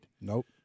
Nope